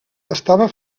estava